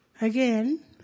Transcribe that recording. again